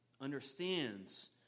understands